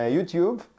YouTube